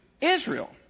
Israel